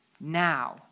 now